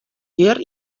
hjir